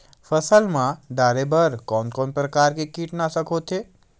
फसल मा डारेबर कोन कौन प्रकार के कीटनाशक होथे?